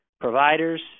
Providers